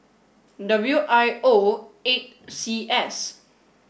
W I O eight C S